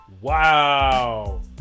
Wow